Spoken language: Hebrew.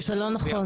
זה לא נכון.